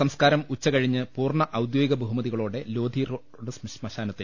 സംസ്കാരം ഉച്ചകഴിഞ്ഞ് പൂർണ്ണ ഔദ്യോഗിക ബഹുമതികളോടെ ലോധി റോഡ് ശ്മശാനത്തിൽ